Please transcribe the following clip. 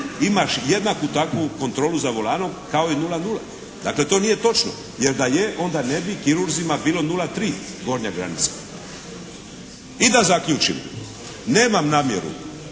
imaš jednaku takvu kontrolu za volanom kao i 0,0. Dakle to nije točno, jer da je onda ne bi kirurzima bilo 0,3 gornja granica. I da zaključim. Nemam namjeru